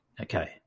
Okay